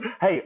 Hey